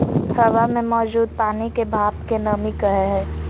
हवा मे मौजूद पानी के भाप के नमी कहय हय